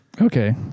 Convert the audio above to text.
Okay